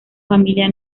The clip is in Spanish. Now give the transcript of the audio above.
familia